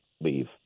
leave